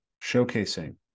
showcasing